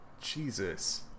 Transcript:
Jesus